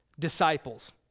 disciples